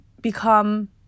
become